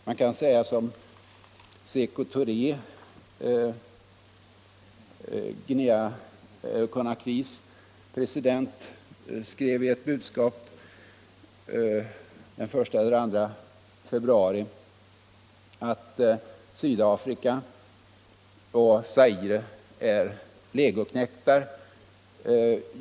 Man kan säga som Sekou Touré, Guinea-Conakrys president, skrev i ett budskap den 1 eller 2 februari, att Sydafrika och Zaire är legoknektar åt de stora imperialistiska makterna.